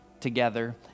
together